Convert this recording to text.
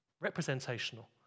Representational